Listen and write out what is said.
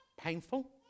painful